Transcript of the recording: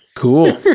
Cool